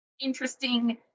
interesting